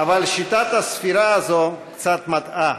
אבל שיטת הספירה הזאת קצת מטעה,